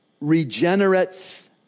regenerates